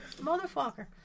Motherfucker